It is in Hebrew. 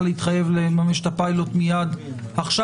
להתחייב לממש את הפיילוט מיד עכשיו.